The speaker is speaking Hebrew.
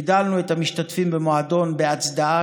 הגדלנו את המשתתפים במועדון "בהצדעה",